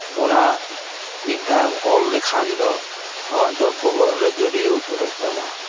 ᱚᱱᱟ ᱢᱤᱫ ᱫᱷᱟᱣ ᱮᱢ ᱚᱞ ᱞᱮᱠᱷᱟᱱ ᱫᱚ ᱟᱢᱟᱜ ᱫᱚ ᱵᱚᱦᱚᱜ ᱨᱮ ᱜᱟᱹᱰᱭᱟᱹᱣ ᱩᱛᱟᱹᱨᱚᱜ ᱛᱟᱢᱟ